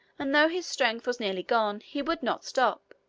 and though his strength was nearly gone, he would not stop,